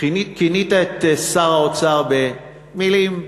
כינית את שר האוצר במילים,